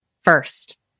first